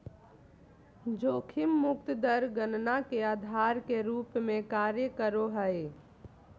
जोखिम मुक्त दर गणना के आधार के रूप में कार्य करो हइ